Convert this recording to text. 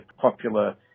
popular